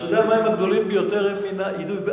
הפסדי המים הגדולים ביותר הם מהאידוי.